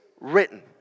written